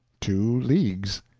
two leagues.